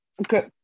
okay